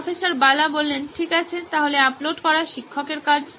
professor Bala ঠিক আছে তাহলে আপলোড করা শিক্ষকের কাজ